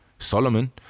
Solomon